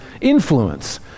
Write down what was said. influence